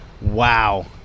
Wow